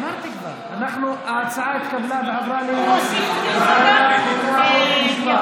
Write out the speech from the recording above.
ההצעה התקבלה והועברה לוועדת החוקה, חוק ומשפט.